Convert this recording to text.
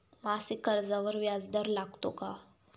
मासिक कर्जावर व्याज दर लागतो का?